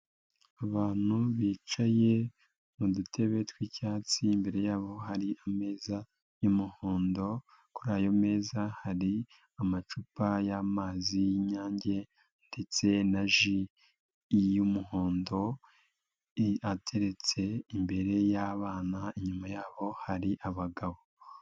Abantu bicaye mu dutebe tw'icyatsi, imbere yabo hari ameza y'umuhondo, kuri ayo meza hari amacupa y'amazi y'Inyange ndetse na ji y'umuhondo, ateretse imbere y'abana, inyuma yabo hari abagabo.